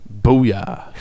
Booyah